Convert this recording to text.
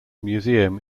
museum